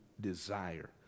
desire